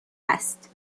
است